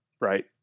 right